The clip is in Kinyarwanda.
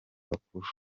bakuru